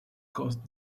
caused